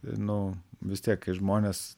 nu vis tiek kai žmonės